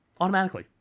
automatically